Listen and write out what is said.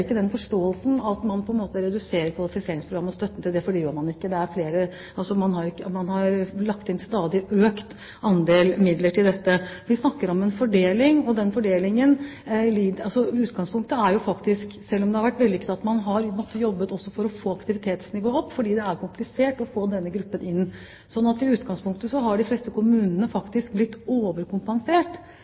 den forståelsen, at man på en måte reduserer kvalifiseringsprogrammet og støtten til det, for det gjør man ikke. Man har lagt inn en stadig økt andel midler til dette. Vi snakker om en fordeling. I utgangspunktet har jo – selv om det har vært vellykket at man har måttet jobbe for å få aktivitetsnivået opp, for det er komplisert å få denne gruppen inn – de fleste kommunene faktisk blitt overkompensert. Så ser vi nå at det gjennom det at man har